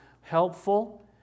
helpful